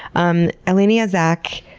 um eliana zack